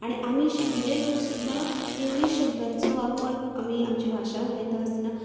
आनी आमी शिकिल्ले लोक सुद्दां इंग्लीश शब्दांचो वापर आमी आमची भाशा उलयता आसतना